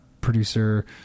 producer